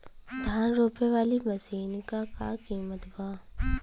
धान रोपे वाली मशीन क का कीमत बा?